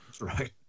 right